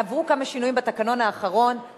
עברו כמה שינויים בתקנון לאחרונה,